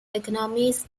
economies